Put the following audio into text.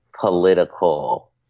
political